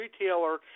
retailer